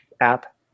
app